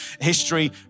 history